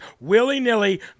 willy-nilly